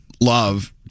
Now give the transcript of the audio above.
love